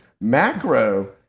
Macro